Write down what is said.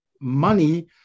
money